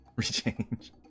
Rechange